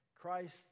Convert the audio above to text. Christ